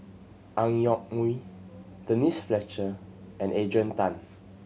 Ang Yoke Mooi Denise Fletcher and Adrian Tan